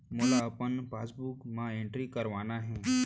मोला अपन पासबुक म एंट्री करवाना हे?